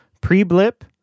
pre-blip